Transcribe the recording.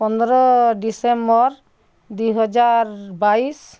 ପନ୍ଦର ଡିସେମ୍ବର ଦୁଇ ହଜାର ବାଇଶ